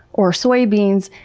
or soybeans,